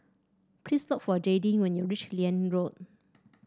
please look for Jadyn when you reach Liane Road